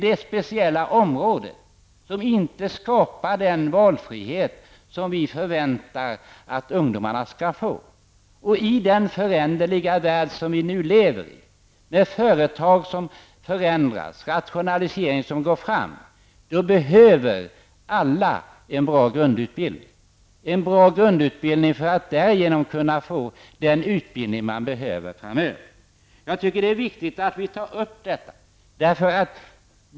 Det skapar inte den valfrihet som vi förväntar att ungdomarna skall få. I den föränderliga värld som vi nu lever i, med företag som förändras och där rationaliseringarna går fram, behöver alla en bra grundutbildning, för att därigenom kunna skaffa sig den utbildning de behöver framöver. Jag tycker att det är viktigt att vi tar upp detta.